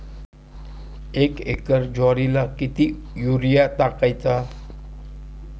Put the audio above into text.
एक एकर ज्वारीला किती युरिया टाकायचा?